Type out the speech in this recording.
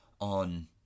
on